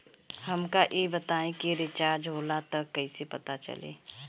हमका ई बताई कि रिचार्ज होला त कईसे पता चली?